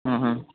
હાં હાં